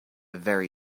very